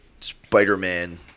Spider-Man